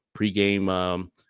pregame